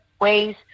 ways